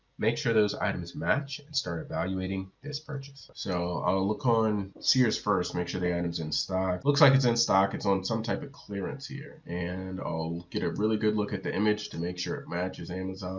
make sure those items match and start evaluating this purchase. so i'll look on sears first make sure the item is in stock. looks like it's in stock, it's on some type of clearance here and i'll get a really good look at the image to make sure it matches amazon.